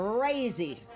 crazy